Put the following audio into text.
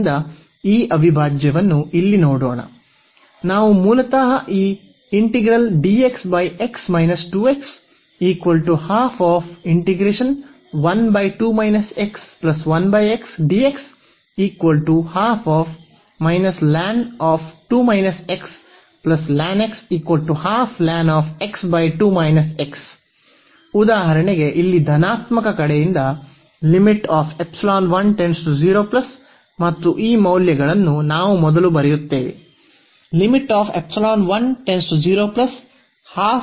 ಆದ್ದರಿಂದ ಈ ಅವಿಭಾಜ್ಯವನ್ನು ಇಲ್ಲಿ ನೋಡೋಣ ನಾವು ಮೂಲತಃ ಈ ಉದಾಹರಣೆಗೆ ಇಲ್ಲಿ ಧನಾತ್ಮಕ ಕಡೆಯಿಂದ ಮತ್ತು ಈ ಮೌಲ್ಯಗಳನ್ನು ನಾವು ಮೊದಲು ಬರೆಯುತ್ತೇವೆ